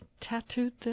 tattooed